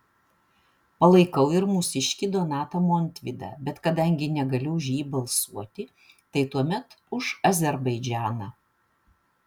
palaikau ir mūsiškį donatą montvydą bet kadangi negaliu už jį balsuoti tai tuomet už azerbaidžaną